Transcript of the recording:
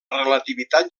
relativitat